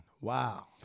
Wow